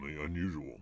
unusual